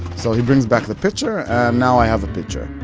so he brings back the pitcher and now i have a pitcher.